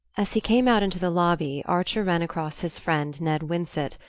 as he came out into the lobby archer ran across his friend ned winsett,